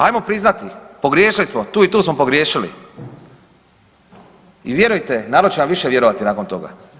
Ajmo priznati pogriješili smo, tu i tu smo pogriješili i vjerujte narod će vam više vjerovati nakon toga.